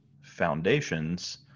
foundations